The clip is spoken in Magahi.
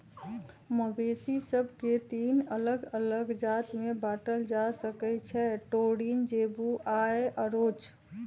मवेशि सभके तीन अल्लग अल्लग जात में बांटल जा सकइ छै टोरिन, जेबू आऽ ओरोच